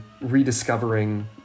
rediscovering